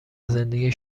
زندگی